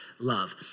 love